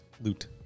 Loot